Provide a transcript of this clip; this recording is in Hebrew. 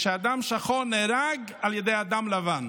שאדם שחור נהרג על ידי אדם לבן.